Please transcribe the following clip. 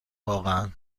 واقعا